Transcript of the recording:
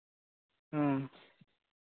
ᱦᱮᱸ